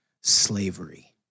slavery